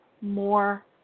more